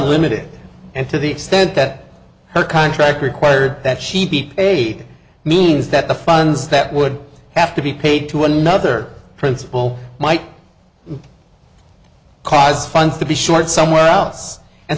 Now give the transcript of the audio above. limited and to the extent that her contract required that cheap aid means that the funds that would have to be paid to another principle might cause funds to be short somewhere